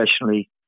professionally